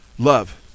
Love